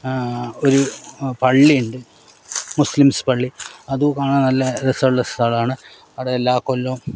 ഒരു പള്ളിയുണ്ട് മുസ്ലിംസ് പള്ളി അതു കാണാൻ നല്ല രസമുള്ള സ്ഥലമാണ് ആടെ എല്ലാ കൊല്ലവും